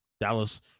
Dallas